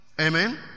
Amen